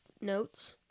notes